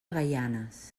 gaianes